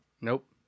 Nope